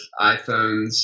iPhones